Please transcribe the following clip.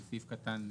סעיף קטן (ג),